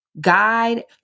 guide